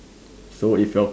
so if your